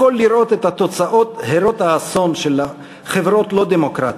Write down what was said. יכול לראות את התוצאות הרות האסון של חברות לא דמוקרטיות,